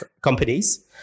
companies